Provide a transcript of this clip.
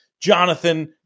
Jonathan